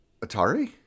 atari